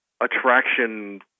attraction